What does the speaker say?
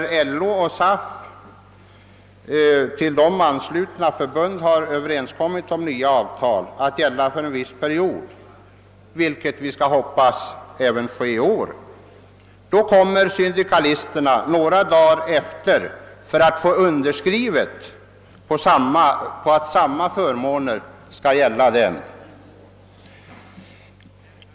Då till LO och SAF anslutna förbund har träffat överenskommelse om nya avtal, som skall gälla för viss period — vilket vi hoppas skall lyckas även i år — kommer syndikalisterna några dagar senare och begär att få underskrivet på att samma förmåner skall gälla för dem.